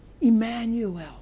Emmanuel